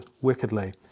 wickedly